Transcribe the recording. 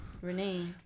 Renee